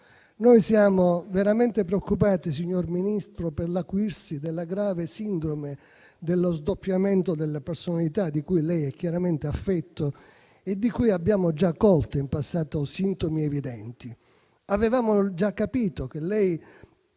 Noi siamo veramente preoccupati, signor Ministro, per l'acuirsi della grave sindrome dello sdoppiamento della personalità da cui lei è chiaramente affetto e di cui abbiamo già colto in passato sintomi evidenti. Avevamo già capito che lei